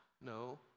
no